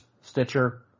Stitcher